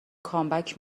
کامبک